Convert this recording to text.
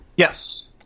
Yes